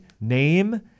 Name